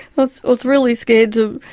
was was really scared to,